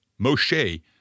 Moshe